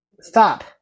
stop